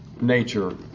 nature